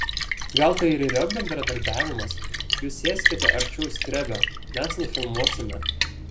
gal tai ir yra bendradarbiavimas jūs sėskite arčiau skrebio mes nufilmuosime